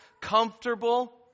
comfortable